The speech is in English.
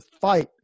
fight